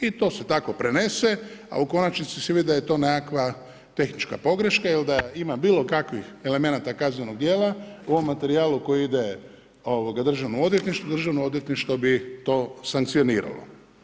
I to se tako prenese a u konačnici se vidi da je to nekakva tehnička pogreška, jer da ima bilo kakvih elemenata kaznenog djela u ovom materijalu koji ide državnom odvjetništvu, državno odvjetništvo bi to sankcioniralo.